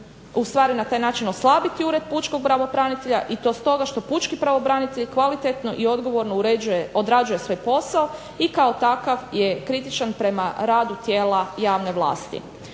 ustvari na taj način oslabiti ured pučkog pravobranitelja i to stoga što pučki pravobranitelj kvalitetno i odgovorno odrađuje svoj posao i kao takav je kritičan prema radu tijela javne vlasti.